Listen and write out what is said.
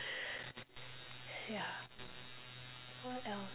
ya what else